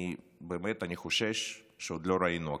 אני באמת חושש שעוד לא ראינו הכול.